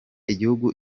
igihugu